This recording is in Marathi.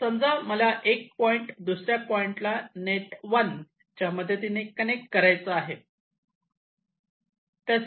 समजा मला एक पॉईंट दुसऱ्या पॉइंटला नेट 1 च्या मदतीने कनेक्ट करायचा आहे